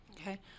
Okay